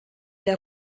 der